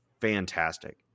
Fantastic